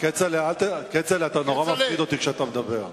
כצל'ה, אתה נורא מפחיד אותי כשאתה מדבר.